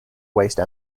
waste